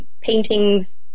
paintings